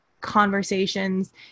conversations